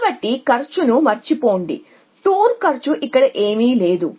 కాబట్టి కాస్ట్ ను మరచిపోండి టూర్ కాస్ట్ ఇక్కడ ఏమీ లేదు